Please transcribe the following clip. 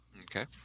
Okay